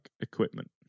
equipment